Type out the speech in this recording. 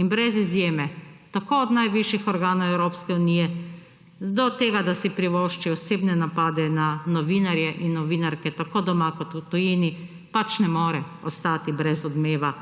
in brez izjeme tako od najvišjih organov Evropske unije do tega, da si privošči osebne napade na novinarje in novinarke tako doma kot v tujini, pač ne more ostati brez odmeva,